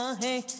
hey